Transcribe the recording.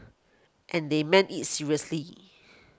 and they meant it seriously